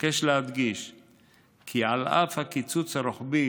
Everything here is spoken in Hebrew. אבקש להדגיש כי על אף הקיצוץ הרוחבי